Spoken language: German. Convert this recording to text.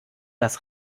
dass